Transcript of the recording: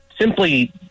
simply